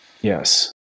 Yes